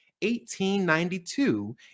1892